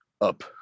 up